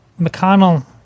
McConnell